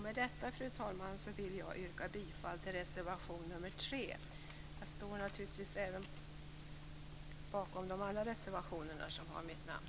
Med detta, fru talman, yrkar jag bifall till reservation nr 3 men naturligtvis står jag bakom övriga reservationer med mitt namn.